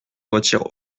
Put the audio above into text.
retire